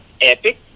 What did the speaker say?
epic